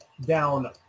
down